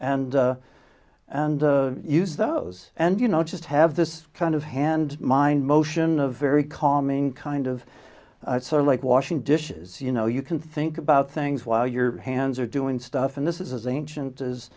racks and and use those and you know just have this kind of hand mind motion a very calming kind of sort of like washing dishes you know you can think about things while your hands are doing stuff and this is as ancient as